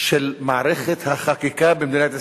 של מערכת החקיקה במדינת ישראל,